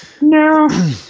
no